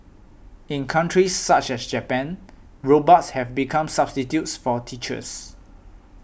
in countries such as Japan robots have become substitutes for teachers